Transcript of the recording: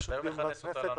יש פשוט דיון בכנסת.